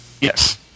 Yes